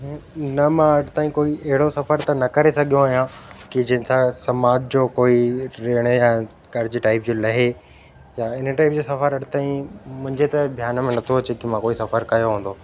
न मां अॼु ताईं कोई अहिड़ो सफ़र त न करे सघियो आहियां की जिन सां समाज जो कोई ऋण या कर्ज़ु टाइप जो लहे या इन टाइप जो सफ़र अॼु ताईं मुंहिंजे त ध्यानु में न थो अचे की मां कोई सफ़र कयो हूंदो